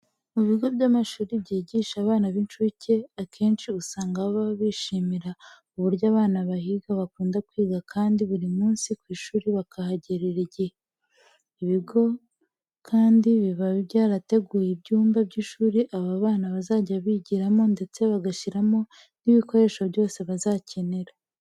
Mu bigo by'amashuri byigisha abana b'incuke akenshi usanga baba bishimira uburyo abana bahiga bakunda kwiga kandi buri munsi ku ishuri bakahagerera igihe. Ibi bigo kandi biba byarateguye ibyumba by'ishuri aba bana bazajya bigiramo ndetse bagashyiramo n'ibikoresho byose bazakenera.